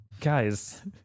guys